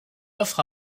offre